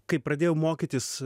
kai pradėjau mokytis